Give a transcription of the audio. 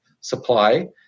supply